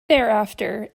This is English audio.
thereafter